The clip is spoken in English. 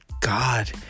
God